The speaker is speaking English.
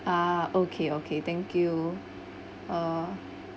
ah okay okay thank you uh